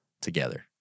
together